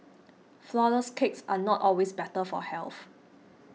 Flourless Cakes are not always better for health